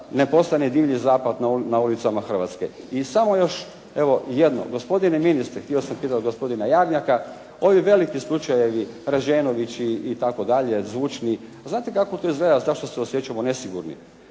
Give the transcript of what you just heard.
ne postane divlji zapad na ulicama Hrvatske. I samo još evo jedno. Gospodine ministre, htio sam pitati gospodina Jarnjaka, ovi veliki slučajevi Rađenović itd., zvučni. Znate kako to izgleda. Strašno se osjećamo nesigurni.